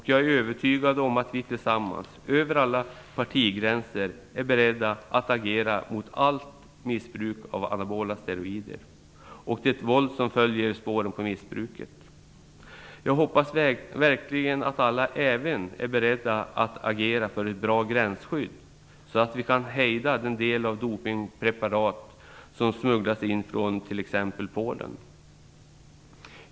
Jag är övertygad om att vi tillsammans, över alla partigränser, är beredda att agera mot allt missbruk av anabola steroider och det våld som följer i spåren på missbruket. Jag hoppas verkligen att alla även är beredda att agera för ett bra gränsskydd, så att vi kan hejda de dopningpreparat som smugglas in från t.ex.